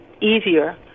easier